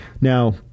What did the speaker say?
Now